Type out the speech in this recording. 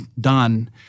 done